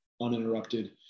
uninterrupted